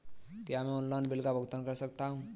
क्या मैं online bill का भुगतान कर सकता हूँ?